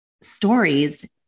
stories